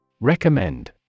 Recommend